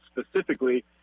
specifically